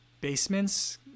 basements